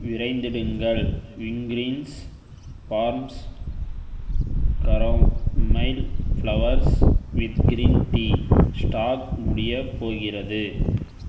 விரைந்திடுங்கள் Wingreens farms chamomile flowers with green tea stock முடிய போகிறது